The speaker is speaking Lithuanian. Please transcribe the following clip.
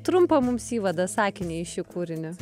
trumpą mums įvadą sakinį į šį kūrinį